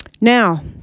Now